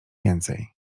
więcej